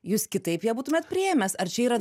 jūs kitaip ją būtumėt priėmęs ar čia yra